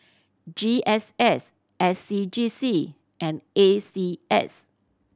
G S S S C G C and A C S